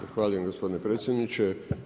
Zahvaljujem gospodine predsjedniče.